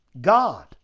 God